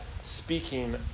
speaking